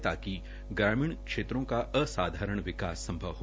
ताकि ग्रामीण क्षेत्रों का असाधारण विकास संभव हो